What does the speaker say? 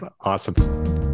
Awesome